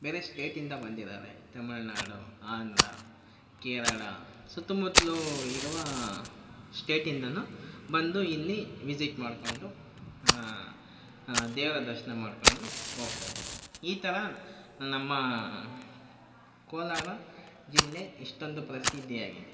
ಬೇರೆ ಸ್ಟೇಟಿಂದ ಬಂದಿದಾರೆ ತಮಿಳುನಾಡು ಆಂಧ್ರ ಕೇರಳ ಸುತ್ತಮುತ್ತಲು ಇರುವ ಸ್ಟೇಟಿಂದ ಬಂದು ಇಲ್ಲಿ ವಿಸಿಟ್ ಮಾಡಿಕೊಂಡು ದೇವರ ದರ್ಶನ ಮಾಡಿಕೊಂಡು ಹೋಗ್ತಾರೆ ಈ ಥರ ನಮ್ಮ ಕೋಲಾರ ಜಿಲ್ಲೆ ಇಷ್ಟೊಂದು ಪ್ರಸಿದ್ದಿಯಾಗಿದೆ